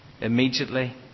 Immediately